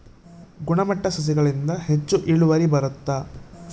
ಗುಣಮಟ್ಟ ಸಸಿಗಳಿಂದ ಹೆಚ್ಚು ಇಳುವರಿ ಬರುತ್ತಾ?